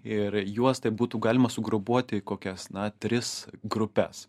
ir juos tai būtų galima sugrupuoti į kokias na tris grupes